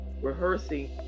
rehearsing